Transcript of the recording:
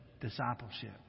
discipleship